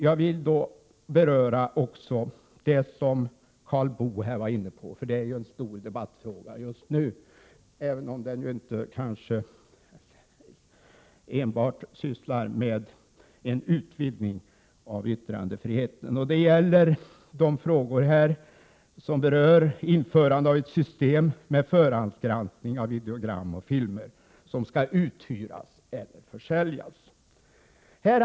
Jag vill dock också beröra det som Karl Boo var inne på — det är ju en stor debattfråga just nu, även om den kanske inte enbart sammanhänger med utvidgningen av yttrandefriheten. Det gäller införandet av ett system med förhandsgranskning av videogram och filmer som skall uthyras eller försäljas.